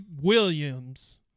Williams